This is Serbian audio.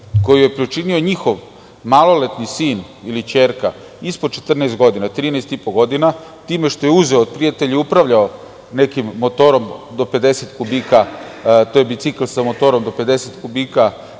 koju je pričinio njihov maloletni sin ili kćerka ispod 14 godina, 13 i po godina, time što je uzeo od prijatelja i upravljao nekim motorom do 50 kubika, to je bicikl sa motorom do 50 kubika,